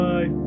Bye